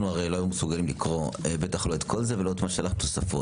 אנחנו בטח לא מסוגלים לקרוא בטח לא את כל זה ולא מה ששלחת תוספות.